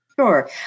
Sure